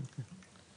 כן, כן.